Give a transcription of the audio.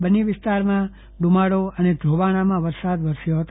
બન્ની વિસ્તારમાં ડુમાડો ધ્રોબાણમાં વરસાદ વરસ્ય હતો